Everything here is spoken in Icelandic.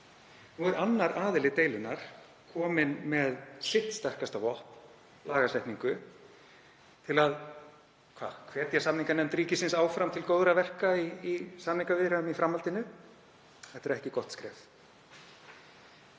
Nú er annar aðili deilunnar kominn með sitt sterkasta vopn, lagasetningu, til að — hvað? Hvetja samninganefnd ríkisins áfram til góðra verka í samningaviðræðum í framhaldinu? Þetta er ekki gott skref.